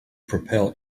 propel